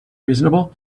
reasonable